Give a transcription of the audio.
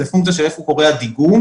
זו פונקציה איפה קורה הדיגום.